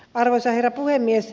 arvoisa herra puhemies